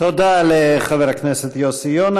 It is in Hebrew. תודה לחבר הכנסת יוסי יונה.